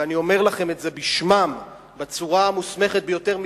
ואני אומר לכם את זה בשמם בצורה המוסמכת ביותר,